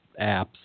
apps